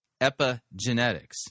epigenetics